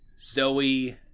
Zoe